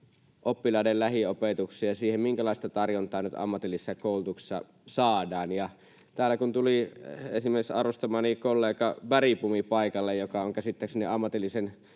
oppilaiden lähiopetukseen ja siihen, minkälaista tarjontaa nyt ammatillisessa koulutuksessa saadaan. Tänne kun tuli esimerkiksi arvostamani kollega Bergbom paikalle, joka on käsittääkseni ammatillisen